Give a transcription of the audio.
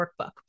Workbook